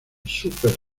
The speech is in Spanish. super